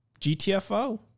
GTFO